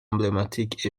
emblématique